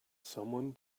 someone